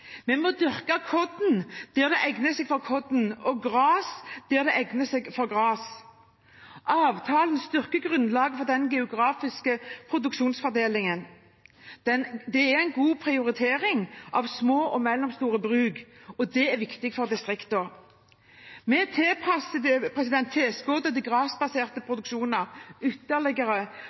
Vi må dyrke korn der det egner seg for korn, og gras der det egner seg for gras. Avtalen styrker grunnlaget for den geografiske produksjonsfordelingen. Det er en god prioritering av små og mellomstore bruk. Det er viktig for distriktene. Vi tilpasser tilskuddet til grasbaserte produksjoner ytterligere